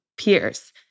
peers